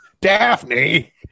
Daphne